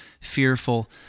fearful